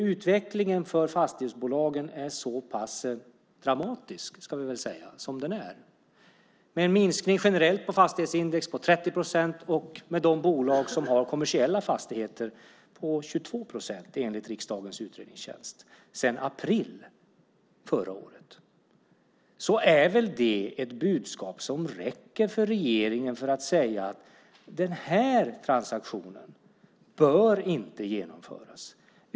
Utvecklingen för fastighetsbolagen är nu så pass dramatisk som den är. Det är en minskning generellt på fastighetsindex på 30 procent och en minskning på 22 procent för de bolag som har kommersiella fastigheter sedan april förra året enligt riksdagens utredningstjänst. Det är väl ett budskap som räcker för regeringen för att säga: Den här transaktionen bör inte genomföras.